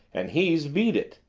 and he's beat it!